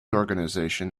organisation